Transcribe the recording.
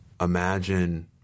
imagine